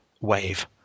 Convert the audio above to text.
wave